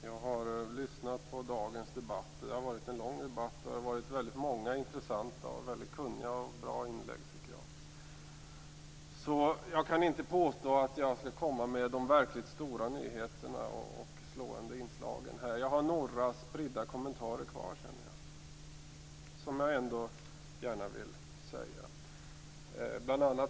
Herr talman! Jag har lyssnat på dagens debatt. Det har varit en väldigt lång debatt med många intressanta, kunniga och bra inlägg, tycker jag. Jag kan inte påstå att jag skall komma med några stora nyheter eller slående inslag. Jag har några spridda kommentarer som jag ändå gärna vill göra.